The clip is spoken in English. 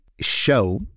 show